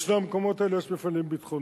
בשני המקומות האלה יש מפעלים ביטחוניים,